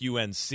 UNC